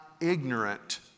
ignorant